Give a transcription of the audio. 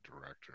director